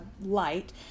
light